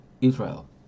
israel